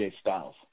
Styles